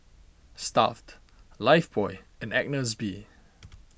Stuff'd Lifebuoy and Agnes B